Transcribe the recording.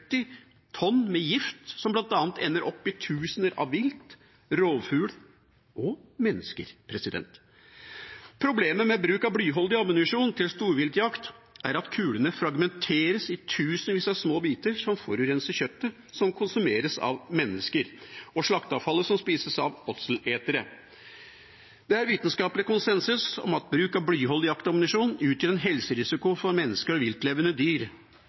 tonn med gift, som bl.a. ender opp i tusener av vilt, rovfugl – og mennesker. Problemet med bruk av blyholdig ammunisjon til storviltjakt er at kulene fragmenteres i tusenvis av små biter som forurenser kjøttet, som konsumeres av mennesker, og slakteavfallet som spises av åtseletere. Det er vitenskapelig konsensus om at bruk av blyholdig jaktammunisjon utgjør en helserisiko for mennesker og viltlevende dyr.